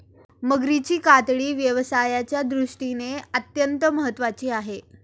मगरीची कातडी व्यवसायाच्या दृष्टीने अत्यंत महत्त्वाची आहे